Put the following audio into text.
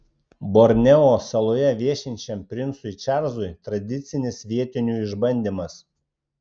borneo saloje viešinčiam princui čarlzui tradicinis vietinių išbandymas